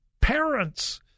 parents